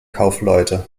kaufleute